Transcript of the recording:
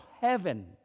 heaven